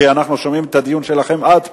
כי אנחנו שומעים את הדיון שלכם עד פה.